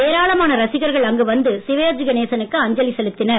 ஏராளமான ரசிகர்கள் அங்கு வந்து சிவாஜிகணேசனுக்கு அஞ்சலி செலுத்தினர்